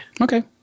Okay